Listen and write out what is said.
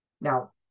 Now